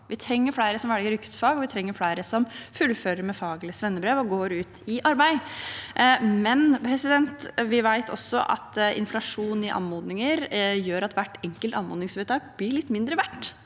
Vi trenger flere som velger yrkesfag, og vi trenger flere som fullfører med fag- eller svennebrev og går ut i arbeid. Vi vet også at inflasjon i anmodninger gjør at hvert enkelt anmodningsvedtak blir litt mindre verdt.